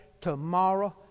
tomorrow